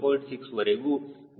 6 ವರೆಗೂ ಬದಲಾಗುತ್ತಿರುತ್ತದೆ